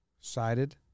sided